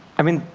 i mean,